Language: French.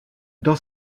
dans